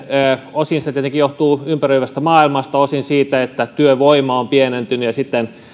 se tietenkin johtuu ympäröivästä maailmasta osin siitä että työvoima on pienentynyt ja siten